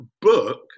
book